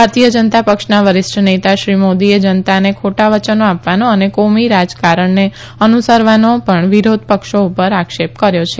ભારતીય જનતા પક્ષના વરિષ્ઠ નેતા શ્રી મોદીએ જનતાને ખોટા વયનો આપવાનો અને કોમી રાજકારણને અનુસરવાનો પણ વિરોધ પક્ષો ઉપર આક્ષેપ કર્યો છે